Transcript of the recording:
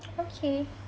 okay